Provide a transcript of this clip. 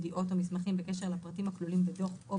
ידיעות או מסמכים בקשר לפרטים הכלולים בדוח או